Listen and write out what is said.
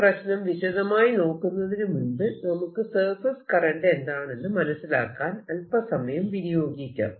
ഈ പ്രശ്നം വിശദമായി നോക്കുന്നതിനു മുൻപ് നമുക്ക് സർഫേസ് കറന്റ് എന്താണെന്ന് മനസിലാക്കാൻ അല്പസമയം വിനിയോഗിക്കാം